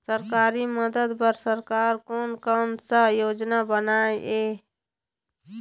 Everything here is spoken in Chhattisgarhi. सरकारी मदद बर सरकार कोन कौन सा योजना बनाए हे?